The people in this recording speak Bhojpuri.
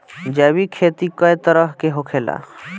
जैविक खेती कए तरह के होखेला?